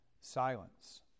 silence